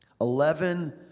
Eleven